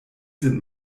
sind